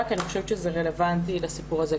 כי אני חושבת שזה רלוונטי לעניין הזה.